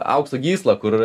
aukso gysla kur